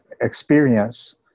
experience